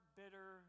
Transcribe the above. bitter